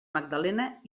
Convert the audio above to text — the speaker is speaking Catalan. magdalena